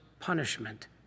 punishment